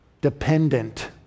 dependent